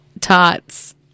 tots